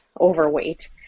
overweight